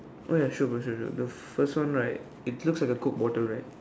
oh ya sure bro sure sure the first one right it looks like a coke bottle right